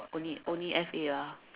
only only F_A lah